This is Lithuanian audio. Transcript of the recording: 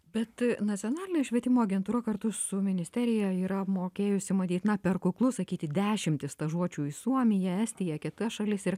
bet nacionalinė švietimo agentūra kartu su ministerija yra apmokėjusi matyt na per kuklu sakyti dešimtis stažuočių į suomiją estiją kitas šalis ir